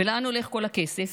ולאן הולך כל הכסף?